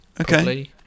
Okay